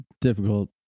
difficult